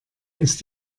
ist